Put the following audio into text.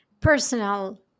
personal